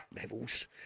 levels